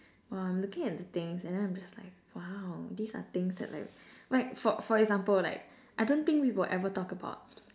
!wah! I'm looking at the things and then I'm just like !wow! these are things that like like for for example like I don't think we will ever talk about